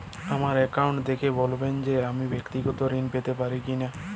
আমার অ্যাকাউন্ট দেখে বলবেন যে আমি ব্যাক্তিগত ঋণ পেতে পারি কি না?